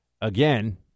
again